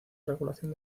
regulación